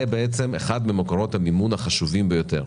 זה אחד ממקורות המימון החשובים ביותר.